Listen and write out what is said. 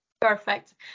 Perfect